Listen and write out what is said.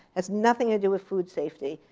has nothing to do with food safety.